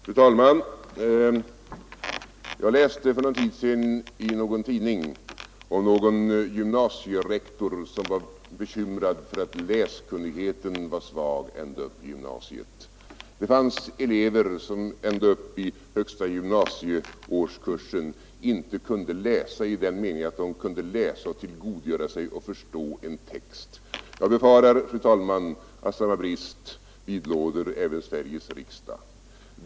Fru talman! Jag läste för någon tid sedan i en tidning om någon gymnasierektor som var bekymrad för att läskunnigheten var svag ända upp i gymnasiet. Det fanns elever som ända upp i högsta gymnasieårskursen inte kunde läsa i den meningen att de kunde tillgodogöra sig och förstå en text. Jag befarar, fru talman, att samma brist vidlåder även Sveriges riksdag.